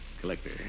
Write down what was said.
Collector